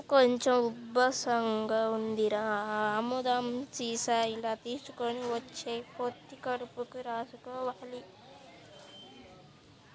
కడుపు కొంచెం ఉబ్బసంగా ఉందిరా, ఆ ఆముదం సీసా ఇలా తీసుకొని వచ్చెయ్, పొత్తి కడుపుకి రాసుకోవాల